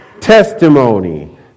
testimony